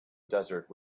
desert